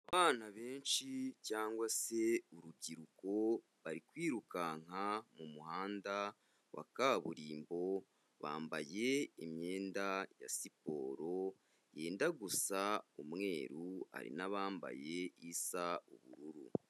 Abana benshi cyangwa se urubyiruko bari kwirukanka mu muhanda wa kaburimbo, bambaye imyenda ya siporo yenda gusa umweru, hari n'abambaye isa ubururu.